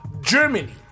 Germany